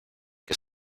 que